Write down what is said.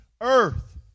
earth